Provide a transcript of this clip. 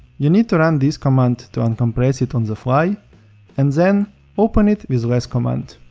you need to run this command to uncompress it on the fly and then open it with less command.